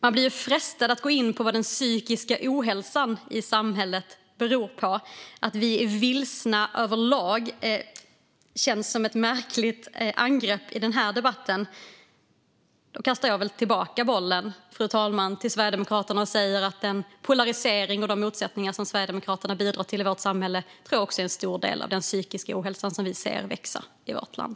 Man blir frestad att gå in på vad den psykiska ohälsan i samhället beror på. Att vi är "vilsna överlag" känns som ett märkligt angrepp i den här debatten. Då kastar jag väl tillbaka bollen till Sverigedemokraterna, fru talman, och säger så här: Den polarisering och de motsättningar som Sverigedemokraterna bidrar till i vårt samhälle tror jag också är en stor del i den psykiska ohälsa som vi ser växa i vårt land.